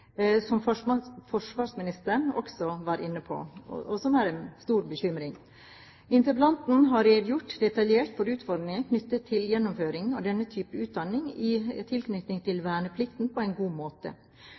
og som var en stor bekymring. Interpellanten har redegjort detaljert for utfordringene ved gjennomføringen av denne typen utdanning i tilknytning til